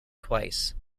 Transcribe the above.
twice